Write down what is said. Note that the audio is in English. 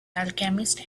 alchemist